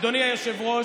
אדוני היושב-ראש.